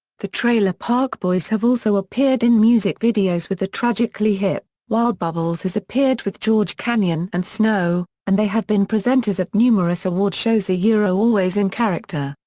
the trailer park boys have also appeared in music videos with the tragically hip, while bubbles has appeared with george canyon and snow, and they have been presenters at numerous award shows ah ah always in character.